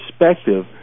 perspective